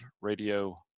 Radio